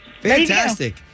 Fantastic